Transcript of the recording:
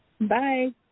Bye